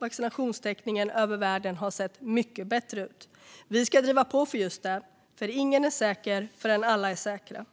vaccinationstäckningen i världen ha sett mycket bättre ut. Vi ska driva på för just detta, för ingen är säker förrän alla är säkra.